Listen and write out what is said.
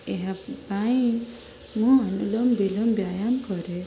ଏହା ପାଇଁ ମୁଁ ଅନୁଲୋମ ବିଲୋମ ବ୍ୟାୟାମ୍ କରେ